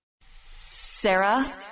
Sarah